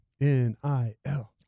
N-I-L